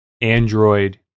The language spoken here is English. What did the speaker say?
Android